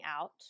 out